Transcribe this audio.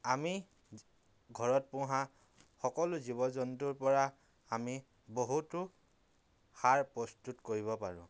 আমি ঘৰত পোহা সকলো জীৱ জন্তুৰ পৰা আমি বহুতো সাৰ প্ৰস্তুত কৰিব পাৰোঁ